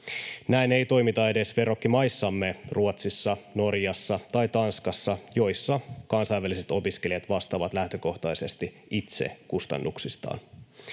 Näin ei toimita edes verrokkimaissamme Ruotsissa, Norjassa tai Tanskassa, joissa kansainväliset opiskelijat vastaavat lähtökohtaisesti itse kustannuksistaan.